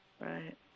Right